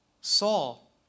Saul